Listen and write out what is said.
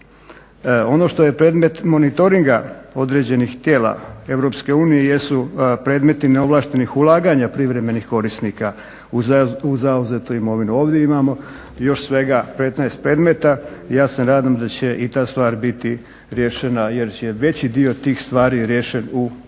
Ono što je predmet monitoringa određenog tijela EU jesu predmeti neovlaštenih ulaganja privremenih korisnika u zauzetu imovinu. Ovdje imamo još svega 15 predmeta. Ja se nadam da će i ta stvar biti riješena jer će veći dio tih stvari riješen u